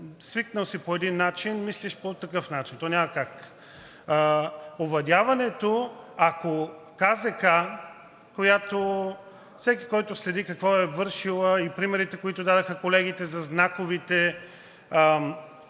Свикал си по един начин, мислиш по такъв начин, то няма как – овладяването, ако КЗК, която всеки, който следи какво е вършила, и примерите, които дадоха колегите за знаковите